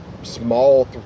small